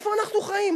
איפה אנחנו חיים?